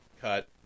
cut